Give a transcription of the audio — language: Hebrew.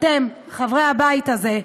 אתם, חברי הבית הזה,